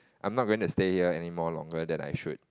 I'm not gonna stay here any more longer than I should